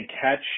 catch